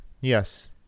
Yes